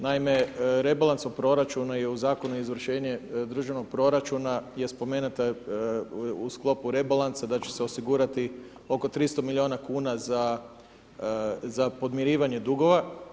Naime, rebalansom proračunu je u zakonu i izvršenje državnog proračuna, gdje je spomenuta u sklopu rebalansa da će se osigurati oko 300 milijuna kn, za podmirivanje dugova.